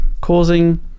causing-